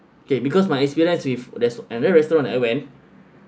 okay because my experience with there's and there's restaurant that I went